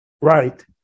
right